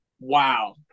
Wow